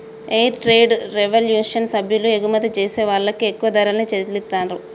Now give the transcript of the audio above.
fair trade revolution సభ్యులు ఎగుమతి జేసే వాళ్ళకి ఎక్కువ ధరల్ని చెల్లిత్తారు